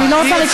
תתחילו להבין.